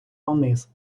вниз